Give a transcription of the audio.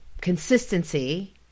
consistency